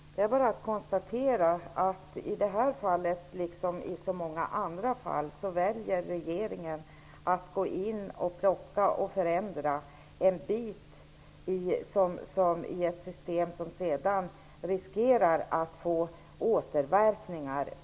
Herr talman! Jag vill bara konstatera att regeringen i det här fallet, liksom i så många andra fall, väljer att stoppa och förändra en bit i ett system, vilket riskerar att ge återverkningar.